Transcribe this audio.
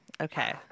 Okay